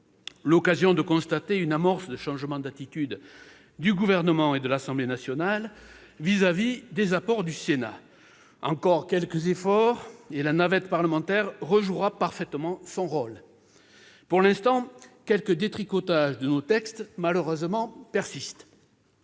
l'occasion de constater une amorce de changement d'attitude du Gouvernement et de l'Assemblée nationale vis-à-vis des apports du Sénat. Encore quelques efforts, et la navette parlementaire rejouera parfaitement son rôle. Pour l'instant, malheureusement, quelques détricotages de nos textes persistent.